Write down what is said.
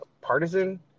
partisan